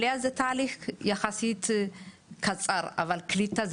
עלייה זה תהליך יחסית קצר אבל קליטה זה